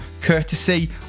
courtesy